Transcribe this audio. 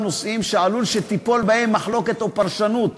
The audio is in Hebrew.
נושאים שעלולה ליפול בהם מחלוקת או פרשנות.